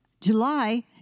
July